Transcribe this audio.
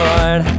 Lord